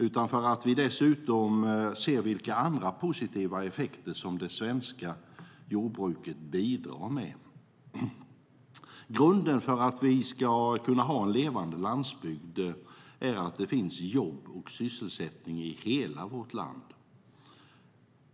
Vi ser dessutom andra positiva effekter som det svenska jordbruket bidrar med. Grunden för att vi ska kunna ha en levande landsbygd är att det finns jobb och sysselsättning i hela vårt land.